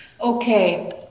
okay